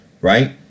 right